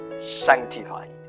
sanctified